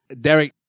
Derek